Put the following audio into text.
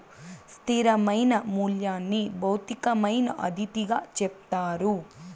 స్థిరమైన మూల్యంని భౌతికమైన అతిథిగా చెప్తారు